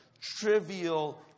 trivial